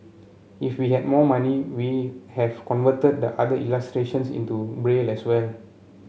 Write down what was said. if we had more money we have converted the other illustrations into Braille as well